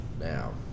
Now